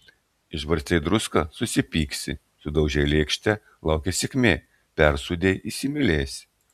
išbarstei druską susipyksi sudaužei lėkštę laukia sėkmė persūdei įsimylėsi